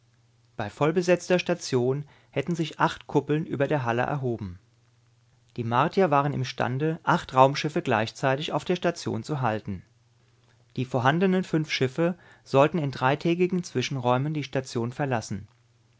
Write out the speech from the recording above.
bei vollbesetzter station hätten sich acht kuppeln über der halle erhoben die martier waren imstande acht raumschiffe gleichzeitig auf der station zu halten die vorhandenen fünf schiffe sollten in dreitägigen zwischenräumen die station verlassen